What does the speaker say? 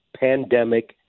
pandemic